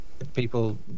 People